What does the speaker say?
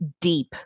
Deep